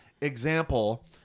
example